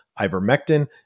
ivermectin